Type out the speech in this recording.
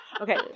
okay